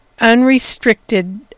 unrestricted